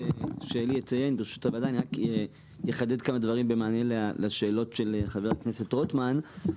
שעלי ידבר אני רוצה לחדד כמה דברים במענה לשאלות של חבר הכנסת רוטמן.